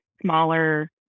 smaller